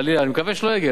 אני מקווה שלא יגיע לשם,